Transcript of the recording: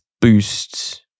boosts